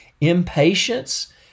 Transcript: impatience